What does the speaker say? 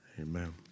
Amen